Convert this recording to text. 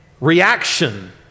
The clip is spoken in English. reaction